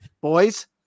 boys